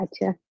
gotcha